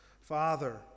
father